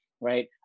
right